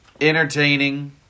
entertaining